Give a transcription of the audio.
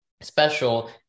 special